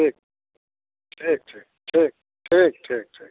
ठीक ठीक ठीक ठीक